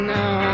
now